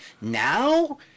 now